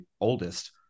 oldest